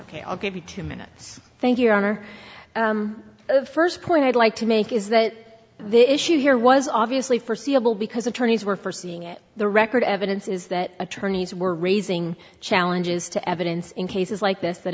ok i'll give you two minutes thank you honor the first point i'd like to make is that the issue here was obviously forseeable because attorneys were for seeing it the record evidence is that attorneys were raising challenges to evidence in cases like this that